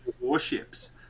warships